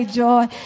joy